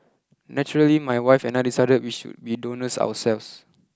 naturally my wife and I decided we should be donors ourselves